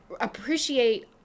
appreciate